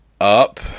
up